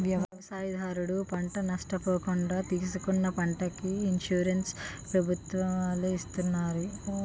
వ్యవసాయదారుడు పంట నష్ట పోకుండా ఏసుకున్న పంటకి ఇన్సూరెన్స్ ప్రభుత్వాలే చేస్తున్నాయి